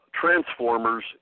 transformers